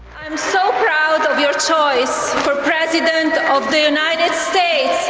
i'm so proud of your choice for president of the united states,